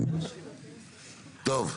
טוב.